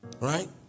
Right